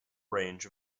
range